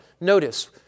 Notice